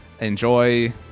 Enjoy